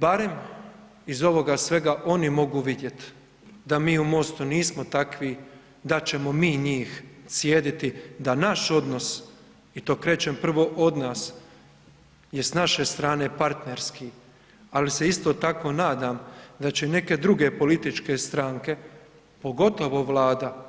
Barem iz ovoga svega oni mogu vidjet da mi u MOST-u nismo takvi da ćemo mi njih cijediti, da naš odnos i to krećem prvo od nas je s naše strane partnerski ali se isto tako nadam da će neke druge političke stranke pogotovo Vlada